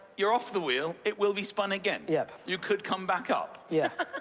you're off the wheel. it will be spun again. yeah. you could come back up. yeah.